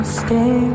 stay